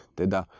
teda